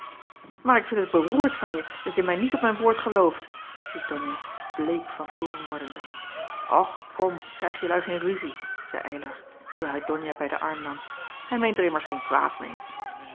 maar ik vind het beroerd van je dat je mij niet op mijn woord gelooft riep donia bleek van toorn wordende och kom krijg jelui geen ruzie zeî eylar terwijl hij donia bij den arm nam hij meent er immers geen kwaad meê